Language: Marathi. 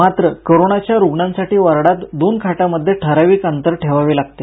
मात्र करोनाच्या रुग्णांसाठी वॉर्डात दोन खाटामध्ये ठरावीक अंतर ठेवावे लागते